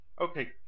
Okay